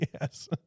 Yes